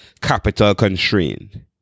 capital-constrained